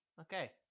Okay